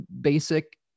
basic